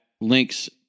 links